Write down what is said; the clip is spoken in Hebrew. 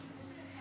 אדוני.